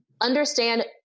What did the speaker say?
Understand